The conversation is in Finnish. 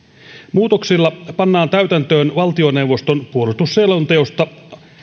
muutoksilla pannaan täytäntöön valtioneuvoston puolustusselonteossa